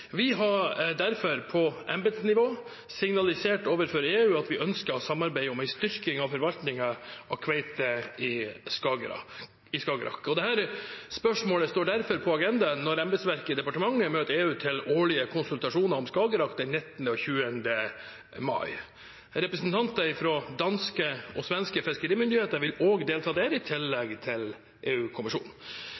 Vi har derfor på embetsnivå signalisert overfor EU at vi ønsker å samarbeide om en styrking av forvaltningen av kveite i Skagerrak. Dette spørsmålet står derfor på agendaen når embetsverket i departementet møter EU til årlige konsultasjoner om Skagerrak den 19. og 20. mai. Representanter fra danske og svenske fiskerimyndigheter vil også delta der, i